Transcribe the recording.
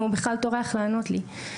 אם הוא בכלל טורח לענות לי.